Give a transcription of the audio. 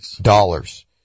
dollars